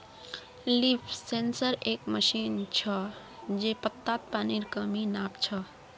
leaf sensor एक machine छ जे पत्तात पानीर कमी नाप छ